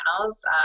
channels